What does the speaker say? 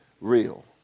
real